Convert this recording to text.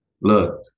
Look